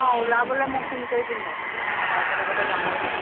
অঁ ওলাবলে মই ফোন কৰি দিম বাৰু তাৰ পৰা একেলগতে যামগৈ আৰু